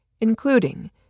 including